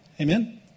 Amen